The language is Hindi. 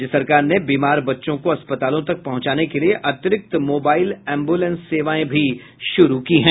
राज्य सरकार ने बीमार बच्चों को अस्पतालों तक पहुंचाने के लिये अतिरिक्त मोबाईल एम्बुलेंस सेवाएं भी शुरू की हैं